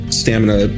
stamina